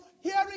hearing